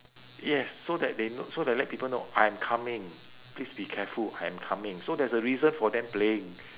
yes so that they kno~ so they let people know I am coming please be careful I am coming so there's a reason for them playing